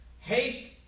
Haste